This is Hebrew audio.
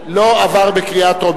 נתקבלה.